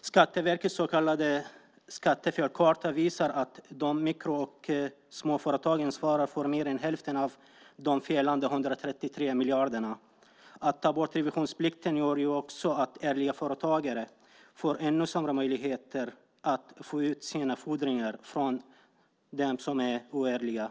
Skatteverkets så kallade skattefelskarta visar att mikro och småföretagen svarar för mer än hälften av de felande 133 miljarderna. Att ta bort revisionsplikten gör ju också att ärliga företagare får ännu sämre möjligheter att få ut sina fordringar från dem som är oärliga.